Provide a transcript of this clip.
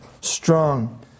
strong